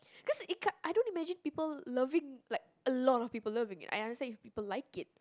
cause it can't I don't imagine people loving like a lot of people loving it I understand if people like it